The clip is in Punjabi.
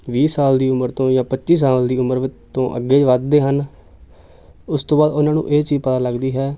ਵੀਹ ਸਾਲ ਦੀ ਉਮਰ ਤੋਂ ਜਾਂ ਪੱਚੀ ਸਾਲ ਦੀ ਉਮਰ ਤੋਂ ਅੱਗੇ ਵੱਧਦੇ ਹਨ ਉਸ ਤੋਂ ਬਾਅਦ ਉਹਨਾਂ ਨੂੰ ਇਹ ਚੀਜ਼ ਪਤਾ ਲੱਗਦੀ ਹੈ